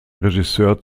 regisseur